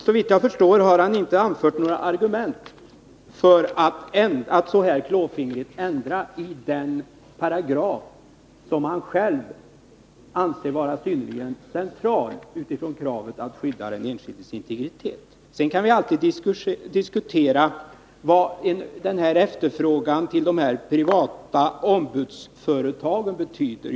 Såvitt jag förstår har han inte anfört några argument för att så här klåfingrigt ändra i den paragraf som han själv anser vara synnerligen central utifrån kravet att skydda den enskildes integritet. Sedan kan vi alltid diskutera vad efterfrågan till de här privata ombudsföretagen betyder.